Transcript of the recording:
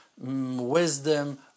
wisdom